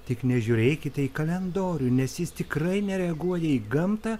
tik nežiūrėkite į kalendorių nes jis tikrai nereaguoja į gamtą